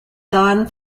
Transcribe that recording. don